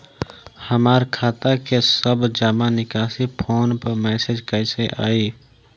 हमार खाता के सब जमा निकासी फोन पर मैसेज कैसे आई?